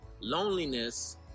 loneliness